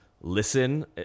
listen